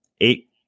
eight